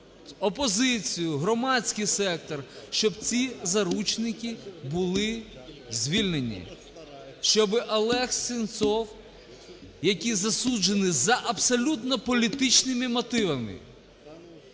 опозицію, громадський сектор, щоб ці заручники були звільнені, щоби Олег Сенцов, який засуджений за абсолютно політичними мотивами,